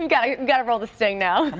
and gotta gotta roll the sting now.